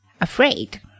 afraid